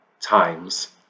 times